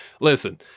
Listen